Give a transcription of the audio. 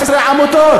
17 עמותות.